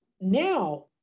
Now